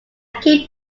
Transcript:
came